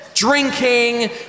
Drinking